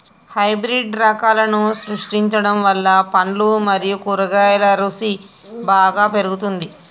hybrid రకాలను సృష్టించడం వల్ల పండ్లు మరియు కూరగాయల రుసి బాగా పెరుగుతుంది